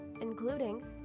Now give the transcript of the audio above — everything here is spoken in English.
including